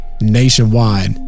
nationwide